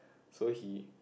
so he